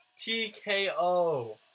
TKO